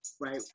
Right